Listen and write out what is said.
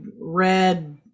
red